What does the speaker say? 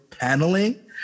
paneling